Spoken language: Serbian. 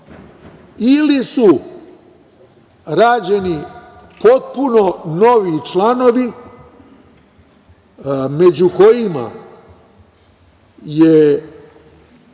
ili su rađeni potpuno novi članovi među kojima je